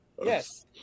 Yes